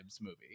movie